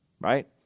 right